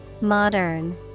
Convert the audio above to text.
Modern